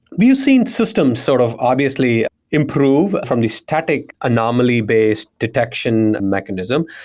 we've seen system sort of obviously improve from the static anomaly-based detection mechanism,